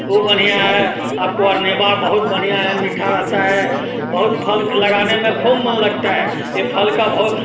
ओ बढ़िया हैं आपको आरनेबा बहुत बढ़िया है मीठा रहता है बहुत फल लगाने में खूब मोन लगता है ये फल का